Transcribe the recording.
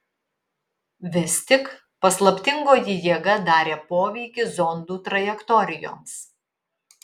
vis tik paslaptingoji jėga darė poveikį zondų trajektorijoms